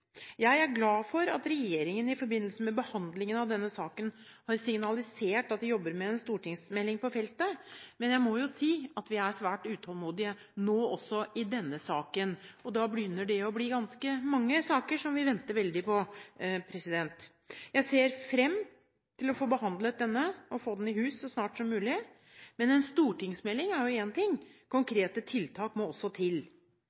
Jeg er glad for at regjeringen i forbindelse med behandlingen av denne saken har signalisert at de jobber med en stortingsmelding på feltet, men jeg må jo si at vi nå er svært utålmodige også i denne saken. Det begynner å bli ganske mange saker som vi venter veldig på. Jeg ser fram til å få denne stortingsmeldingen i hus så snart som mulig og få behandlet den. Men en stortingsmelding er jo én ting, konkrete tiltak må også til.